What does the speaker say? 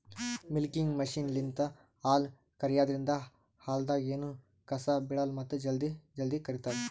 milking ಮಷಿನ್ಲಿಂತ್ ಹಾಲ್ ಕರ್ಯಾದ್ರಿನ್ದ ಹಾಲ್ದಾಗ್ ಎನೂ ಕಸ ಬಿಳಲ್ಲ್ ಮತ್ತ್ ಜಲ್ದಿ ಜಲ್ದಿ ಕರಿತದ್